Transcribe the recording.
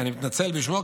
ואני מתנצל בשמו,